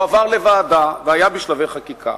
והוא עבר לוועדה והיה בשלבי חקיקה.